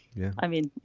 yeah. i mean,